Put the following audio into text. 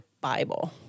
Bible